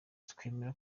twemera